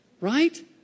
right